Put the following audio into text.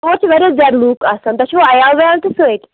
اورٕ چھُ واریاہ زیادٕ لوٗکھ آسان تۄہہِ چھُوا عیال وَیال تہِ سۭتۍ